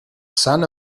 son